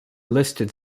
listed